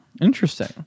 Interesting